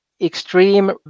extreme